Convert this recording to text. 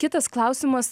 kitas klausimas